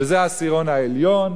שזה העשירון העליון,